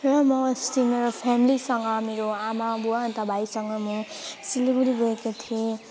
र म अस्ति मेरो फ्यामिलीसँग मेरो आमाबुबा अन्त भाइसँग म सिलगढी गएको थिएँ